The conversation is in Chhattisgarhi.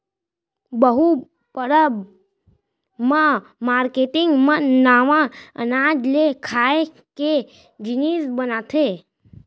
बिहू परब म मारकेटिंग मन नवा अनाज ले खाए के जिनिस बनाथे